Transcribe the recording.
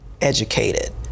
educated